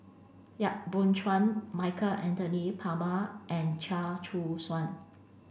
Yap Boon Chuan Michael Anthony Palmer and Chia Choo Suan